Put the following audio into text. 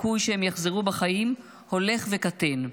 הסיכוי שהם יחזרו בחיים הולך וקטן,